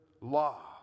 law